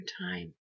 time